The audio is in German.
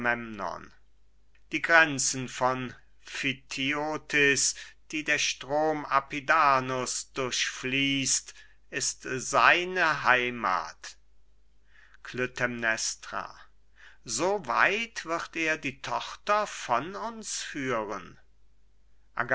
die grenzen vom phthiotis die der strom apidanus durchfließt ist seine heimat klytämnestra so weit wird er die tochter von uns führen